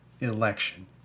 election